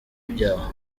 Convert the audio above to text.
ibyaha